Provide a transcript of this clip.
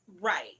Right